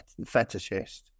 fetishist